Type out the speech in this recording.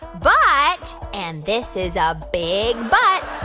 but and this is a big but.